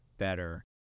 better